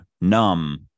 numb